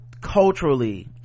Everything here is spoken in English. culturally